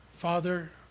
Father